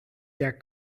der